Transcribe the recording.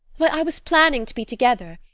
why, i was planning to be together,